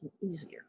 easier